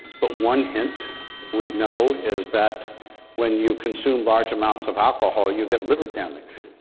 but one hint we know is that when you consume large amounts of alcohol you get liver damage,